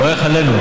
"ברך עלינו",